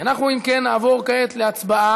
אם כן, אנחנו נעבור כעת להצבעה